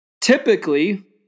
Typically